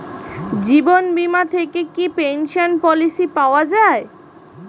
জীবন বীমা থেকে কি পেনশন পলিসি পাওয়া যায়?